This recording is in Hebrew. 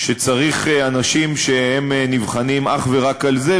שצריך אנשים שנבחנים אך ורק על זה,